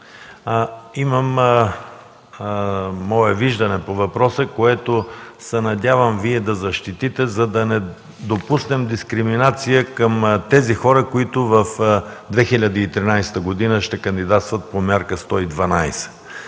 Имам мое виждане по въпроса, което се надявам Вие да защитите, за да не допуснем дискриминация към тези хора, които през 2013 г. ще кандидатстват по мярка 112.